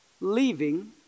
leaving